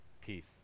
peace